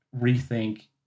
rethink